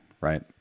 right